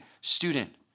student